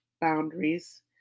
boundaries